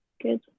good